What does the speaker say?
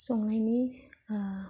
संनायनि